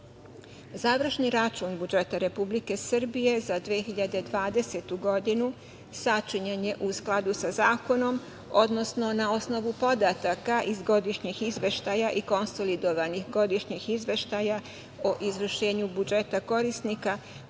donet. Završni račun budžeta Republike Srbije za 2020. godinu sačinjen je u skladu sa zakonom, odnosno na osnovu podataka iz godišnjeg izveštaja i konsolidovanih godišnjih izveštaja o izvršenju budžeta korisnika